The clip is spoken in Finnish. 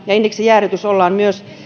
indeksijäädytys ollaan